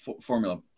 formula